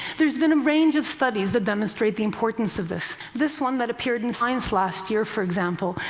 there's been a range of studies that demonstrate the importance of this. this one that appeared in science last year, for example,